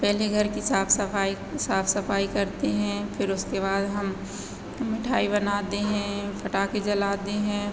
पहले घर की साफ सफाई साफ सफाई करते हैं फिर उसके बाद हम हम मिठाई बनाते हैं पटाखे जलाते हैं